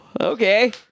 okay